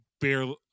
barely